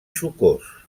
sucós